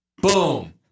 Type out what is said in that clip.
Boom